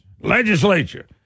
Legislature